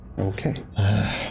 Okay